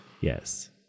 Yes